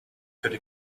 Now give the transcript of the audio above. could